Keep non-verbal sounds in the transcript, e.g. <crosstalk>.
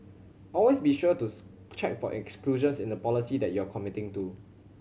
always be sure to <unintelligible> check for exclusions in the policy that you are committing to